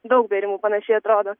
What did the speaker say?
daug bėrimų panašiai atrodo